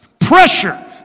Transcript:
Pressure